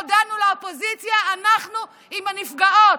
היום הודענו לאופוזיציה: אנחנו עם הנפגעות.